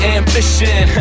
ambition